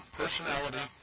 personality